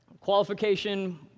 qualification